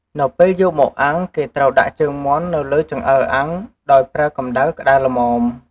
នៅពេលយកមកអាំងគេត្រូវដាក់ជើងមាន់នៅលើចង្អើរអាំងដោយប្រើកំម្តៅក្តៅល្មម។